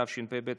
התשפ"ב 2022,